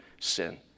sin